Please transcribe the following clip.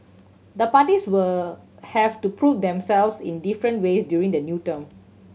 the parties will have to prove themselves in different ways during the new term